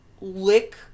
lick